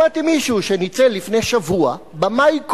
שמעתי מישהו שניצל לפני שבוע, במאי קולנוע,